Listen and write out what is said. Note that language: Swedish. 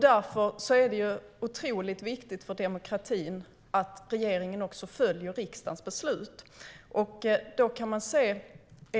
Därför är det otroligt viktigt för demokratin att regeringen också följer riksdagens beslut.